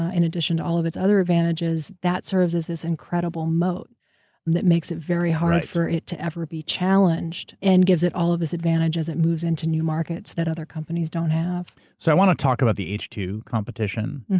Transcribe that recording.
ah in addition to all of its other advantages, that serves as this incredible moat that makes it very hard for it to ever be challenged, and gives it all this advantage, as it moves into new markets that other companies don't have. so i want to talk about the h q two competition,